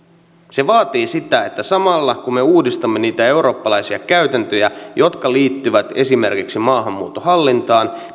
se vaatii silloin myös sitä että samalla kun me uudistamme niitä eurooppalaisia käytäntöjä jotka liittyvät esimerkiksi maahanmuuton hallintaan